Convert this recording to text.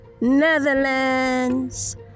Netherlands